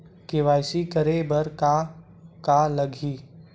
KYC करे बर का का लगही?